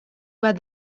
bat